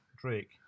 Drake